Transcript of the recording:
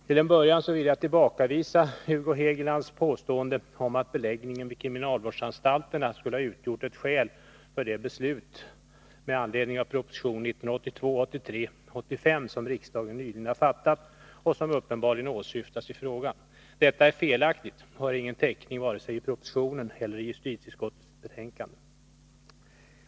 Till en början vill jag tillbakavisa Hugo Hegelands påstående om att beläggningen vid kriminalvårdsanstalterna skulle ha utgjort ett skäl för det beslut med anledning av proposition 1982/83:85 som riksdagen nyligen har fattat och som uppenbarligen åsyftas i frågan. Detta är felaktigt och har ingen täckning vare sig i propositionen eller i justitieutskottets betänkande.